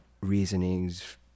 reasonings